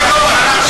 בן כמה אתה?